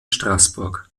straßburg